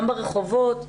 גם ברחובות,